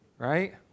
Right